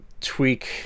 tweak